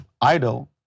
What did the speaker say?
idle